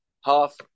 Half